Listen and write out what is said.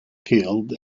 killed